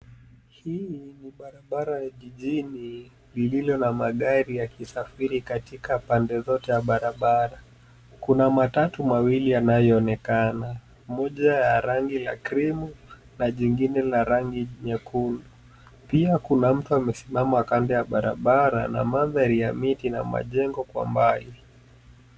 Hili ni barabara ya jijini lililo na magari yakisafiri katika pande zote ya barabara. Kuna matatu mawili yanayoonekana, moja ya rangi la cream na jingine la rangi nyekundu. Pia kuna mtu amesimama kando ya barabara na mandhari ya miti na majengo kwa mbali.